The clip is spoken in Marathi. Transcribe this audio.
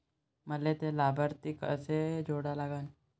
मले थे लाभार्थी कसे जोडा लागन?